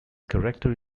character